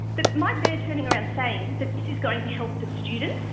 but mike baird turning around saying that this is going to help the students,